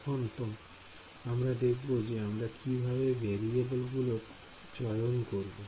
এখন আমরা দেখব যে আমরা কিভাবে ভেরিয়েবল গুলোর চয়ন করবো